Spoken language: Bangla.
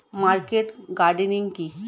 মার্কেট গার্ডেনিং কি?